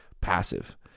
passive